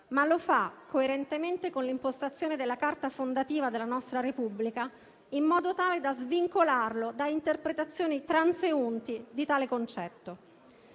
coerentemente con l'impostazione della Carta fondativa della nostra Repubblica, in modo tale da svincolarlo da interpretazioni transeunti. Il secondo